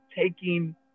taking